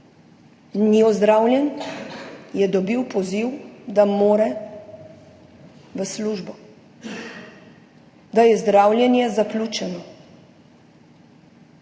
ozdravljen, je dobil poziv, da mora v službo, da je zdravljenje zaključeno.